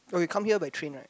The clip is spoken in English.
oh you come here by train right